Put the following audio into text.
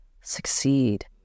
succeed